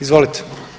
Izvolite.